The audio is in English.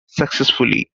successfully